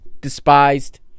despised